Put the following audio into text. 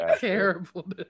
terrible